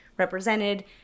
represented